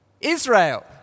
Israel